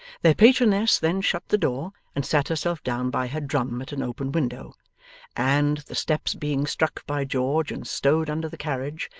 their patroness then shut the door and sat herself down by her drum at an open window and, the steps being struck by george and stowed under the carriage,